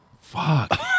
Fuck